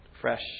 fresh